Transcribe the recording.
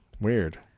Weird